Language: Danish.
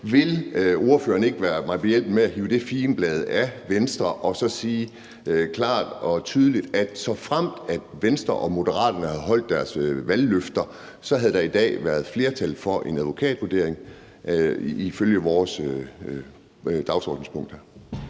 Vil ordføreren ikke være mig behjælpelig med at hive det figenblad af Venstre og så sige klart og tydeligt, at såfremt Venstre og Moderaterne havde holdt deres valgløfter, havde der i dag været flertal for en advokatvurdering, ifølge vores dagsordenspunkt her?